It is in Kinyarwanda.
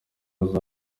azajya